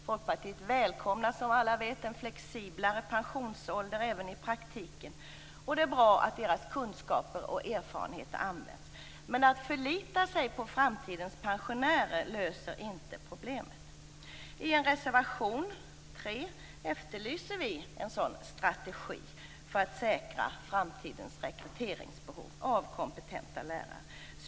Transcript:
Folkpartiet välkomnar, som alla vet, en flexiblare pensionsålder även i praktiken, och det är bra att pensionärers erfarenheter och kunskaper används. Men att förlita sig på framtidens pensionärer löser inte problemet. I reservation 3 efterlyser vi en strategi för att säkra framtida rekrytering av kompetenta lärare.